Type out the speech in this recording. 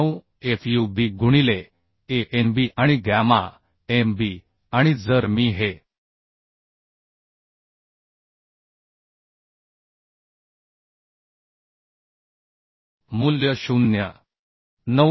9FUB गुणिले AnB आणि gamma m B आणि जर मी हे मूल्य 0